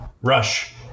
Rush